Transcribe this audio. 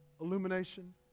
illumination